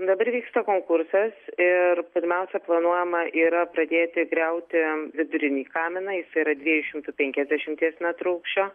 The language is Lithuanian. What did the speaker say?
dabar vyksta konkursas ir pirmiausia planuojama yra pradėti griauti vidurinį kaminą jis yra dviejų šimtų penkiasdešimties metrų aukščio